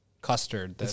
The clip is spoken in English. custard